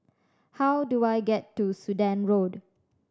how do I get to Sudan Road